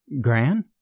Gran